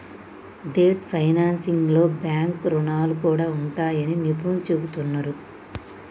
debt ఫైనాన్సింగ్లో bank రుణాలు కూడా ఉంటాయని నిపుణులు చెబుతున్నరు